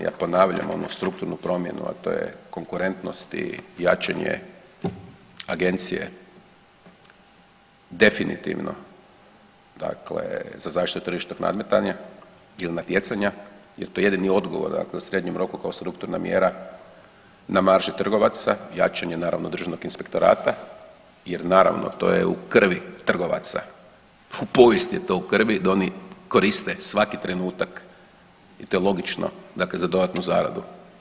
Ja ponavljam onu strukturnu promjenu, a to je konkurentnost i jačanje agencije definitivno za zaštitu tržišnog nadmetanja ili natjecanja jel to je jedini odgovor u srednjem roku kao strukturna mjera na marže trgovaca, jačanje naravno Državnog inspektorata jer naravno to je u krvi trgovaca, u povijesti je to u krvi da oni koriste svaki trenutak i to je logično dakle za dodatnu zaradu.